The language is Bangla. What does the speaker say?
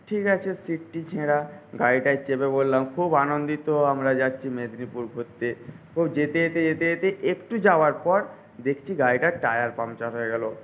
ঠিক আছে সিটটি ছেঁড়া গাড়িটায় চেপে পড়লাম খুব আনন্দিত আমরা যাচ্ছি মেদিনীপুর ঘুরতে তো যেতে যেতে যেতে যেতে একটু যাওয়ার পর দেখছি গাড়িটার টায়ার পাংচার হয়ে গেল